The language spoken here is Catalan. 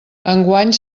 enguany